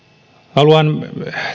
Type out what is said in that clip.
haluan